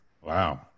Wow